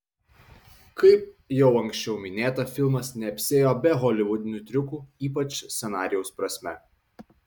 kaip jau anksčiau minėta filmas neapsiėjo be holivudinių triukų ypač scenarijaus prasme